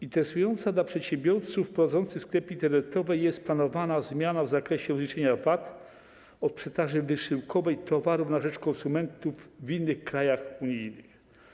Interesująca dla przedsiębiorców prowadzących sklepy internetowe jest planowana zmiana w zakresie rozliczenia VAT od sprzedaży wysyłkowej towarów na rzecz konsumentów w innych krajach unijnych.